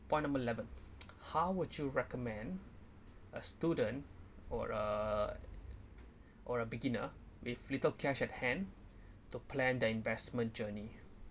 point number eleven how would you recommend a student or a or a beginner with little cash at hand to plan their investment journey